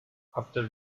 after